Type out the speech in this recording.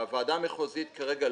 הוועדה המחוזית כרגע,